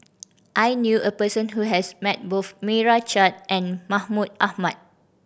I knew a person who has met both Meira Chand and Mahmud Ahmad